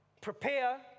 Prepare